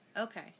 Okay